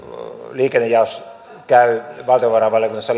liikennejaos käy valtiovarainvaliokunnassa